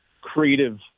creative